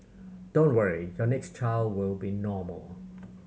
don't worry your next child will be normal